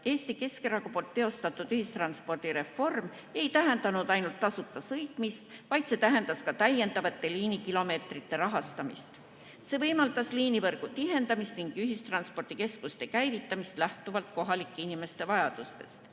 Eesti Keskerakonna teostatud ühistranspordireform ei tähendanud ainult tasuta sõitmise võimaldamist, vaid see tähendas ka täiendavate liinikilomeetrite rahastamist. See võimaldas liinivõrgu tihendamist ning ühistranspordikeskuste käivitamist lähtuvalt kohalike inimeste vajadustest.